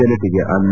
ಜನತೆಗೆ ಅನ್ನ